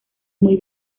muy